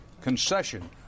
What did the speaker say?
concession